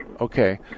Okay